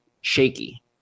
shaky